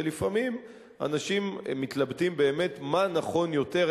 לפעמים אנשים מתלבטים באמת מה נכון יותר,